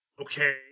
okay